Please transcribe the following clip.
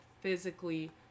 physically